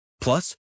Plus